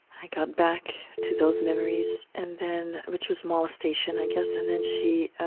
i got back to those memories and then which was molestation i guess. and then she